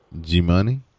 G-Money